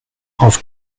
auf